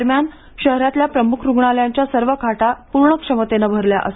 दरम्यान शहरातल्या प्रमुख रुग्णालयांच्या सर्व प्रकारच्या खाटा पूर्ण क्षमतेने भरल्या आहेत